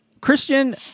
Christian